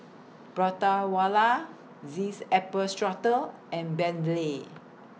Prata Wala This Apple Strudel and Bentley